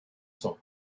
son